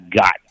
got